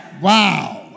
Wow